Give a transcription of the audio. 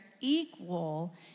equal